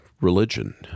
religion